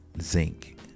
zinc